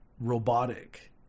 Robotic